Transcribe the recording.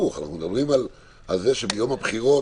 אנחנו מדברים על זה שביום הבחירות